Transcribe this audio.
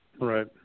Right